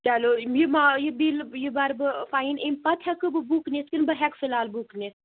چَلو یہِ بِل یہِ بَرٕ بہٕ فَایِن امہِ پَتہٕ ہیٚکہٕ بہٕ بُک نِتھ کِنہٕ بہٕ ہیٚکہٕ فِلحال بُک نِتھ